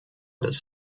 des